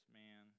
man